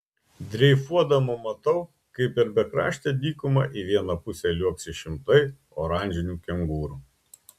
dreifuodama matau kaip per bekraštę dykumą į vieną pusę liuoksi šimtai oranžinių kengūrų